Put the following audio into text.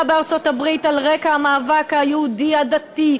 בארצות-הברית על רקע המאבק היהודי הדתי,